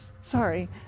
Sorry